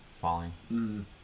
falling